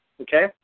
okay